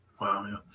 Wow